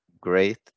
great